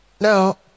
now